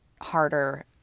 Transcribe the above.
harder